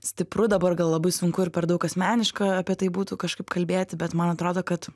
stipru dabar gal labai sunku ir per daug asmeniška apie tai būtų kažkaip kalbėti bet man atrodo kad